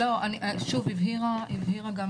שוב, הבהירה גם